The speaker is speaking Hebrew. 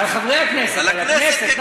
על חברי הכנסת, על הכנסת.